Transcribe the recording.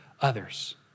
others